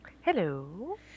Hello